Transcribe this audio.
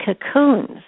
cocoons